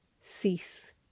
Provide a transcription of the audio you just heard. Cease